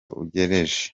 uregereje